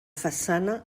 façana